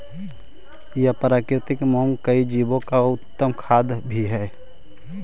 यह प्राकृतिक मोम कई जीवो का उत्तम खाद्य भी हई